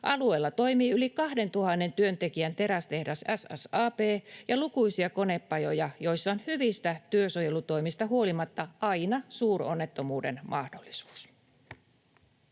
Alueella toimii yli 2 000 työntekijän terästehdas SSAB ja lukuisia konepajoja, joissa on hyvistä työsuojelutoimista huolimatta aina suuronnettomuuden mahdollisuus.